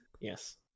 yes